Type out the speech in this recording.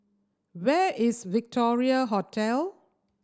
where is Victoria Hotel